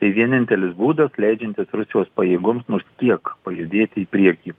tai vienintelis būdas leidžiantis rusijos pajėgoms nors kiek pajudėti į priekį